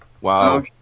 Wow